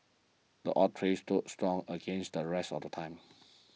the oak tree stood strong against the rest of the time